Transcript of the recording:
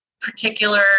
particular